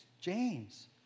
James